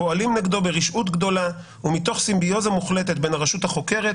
פועלים נגדו ברשעות גדולה ומתוך סימביוזה מוחלטת בין הרשות החוקרת,